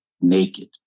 naked